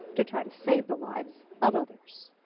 to try to save the lives of others.